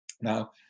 Now